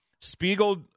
Spiegel